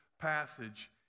passage